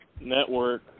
network